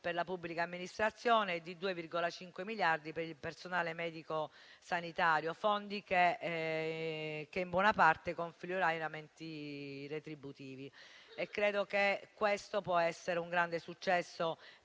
per la pubblica amministrazione e di 2,5 miliardi per il personale medico sanitario, fondi che in buona parte confluiranno in aumenti retributivi. Credo che questo possa essere un grande successo